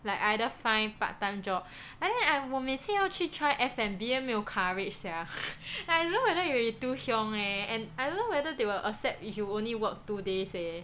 like either find part time job I~ 我每次要去 try F&B eh then 没有 courage sia and I don't know whether it will be too hiong eh and I don't know whether they will accept if you will only work two days eh